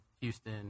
Houston